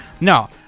No